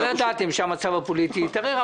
לא ידעתם שהמצב הפוליטי יתערער.